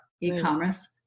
e-commerce